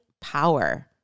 power